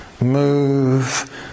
Move